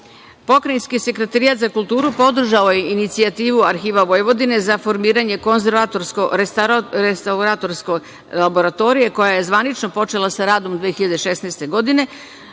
sekretarijat za kulturu podržao je inicijativu Arhiva Vojvodine za formiranje konzervatorsko-restauratorske laboratorije, koja je zvanično počela sa radom 2016. godine,